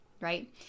right